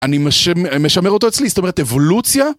אני משמר אותו אצלי, זאת אומרת, אבולוציה?